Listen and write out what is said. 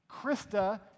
Krista